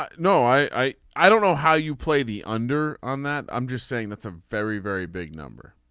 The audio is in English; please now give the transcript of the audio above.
ah no i i don't know how you play the under on that. i'm just saying that's a very very big number